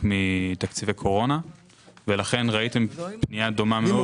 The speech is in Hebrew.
מתקציבי קורונה ולכן ראיתם פנייה דומה מאוד.